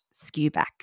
skewback